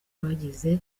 bagize